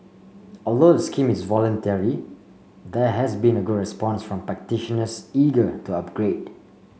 although the scheme is voluntary there has been a good response from practitioners eager to upgrade